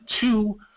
two